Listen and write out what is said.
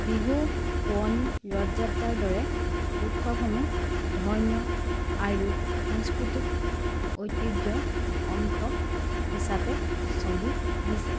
বিহু শুৱনি ৰথ যাত্ৰাৰ দৰে উৎসৱসমূহ ধৰ্মীয় আৰু সাংস্কৃতিক ঐতিহ্যৰ অংশ হিচাপে চলি আহিছে